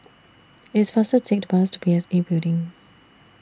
IT IS faster to Take The Bus P S A Building